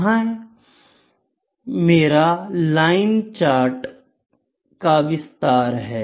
यह मेरे line chart का विस्तार है